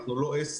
אנחנו לא עסק,